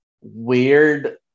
weird